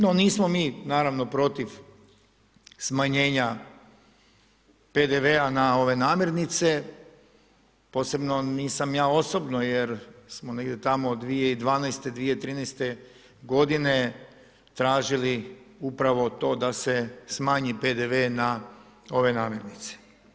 No nismo mi naravno protiv smanjenja PDV-a na ove namirnice, posebno nisam ja osobno jer smo negdje tamo 2012, 2013. godine tražili upravo to da se smanji PDV na ove namirnice.